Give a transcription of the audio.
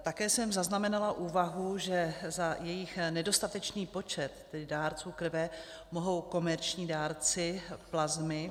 Také jsem zaznamenala úvahu, že za jejich nedostatečný počet, těch dárců krve, mohou komerční dárci plazmy.